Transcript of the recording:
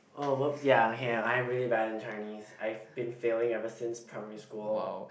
oh whoops ya okay I'm really bad in Chinese I've been failing ever since primary school